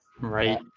Right